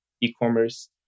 e-commerce